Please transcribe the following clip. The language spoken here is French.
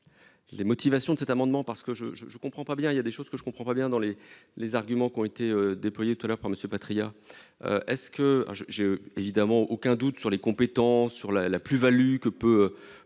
Les motivations de cet amendement parce que je je je comprends pas bien, il y a des choses que je ne comprends pas bien dans les les arguments qui ont été déployés tout à l'heure par Monsieur Patriat. Est-ce que je, j'ai évidemment aucun doute sur les compétences sur la la plus-Value que peu.